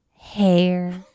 hair